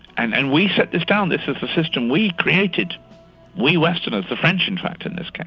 and and we set this down. this is the system we created we westerners the french in fact in this case.